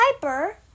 Piper